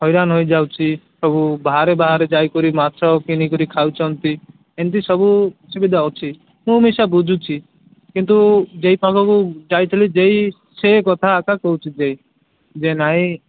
ହଇରାଣ ହେଇ ଯାଉଛି ସବୁ ବାହାରେ ବାହାରେ ଯାଇକରି ମାଛ କିଣିକରି ଖାଉଛନ୍ତି ଏମିତି ସବୁ ଅସୁବିଧା ହେଉଛି ମୁଁ ବୁଝୁଛି କିନ୍ତୁ ଜେ ଇ ପାଖକୁ ଯାଇଥିଲେ ଜେ ଇ ସେ କଥାବାର୍ତ୍ତା କରୁଛି ଜେ ଇ ଯେ ନାଇଁ